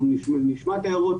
אנחנו נשמע את ההערות.